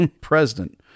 president